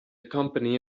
company